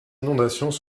inondations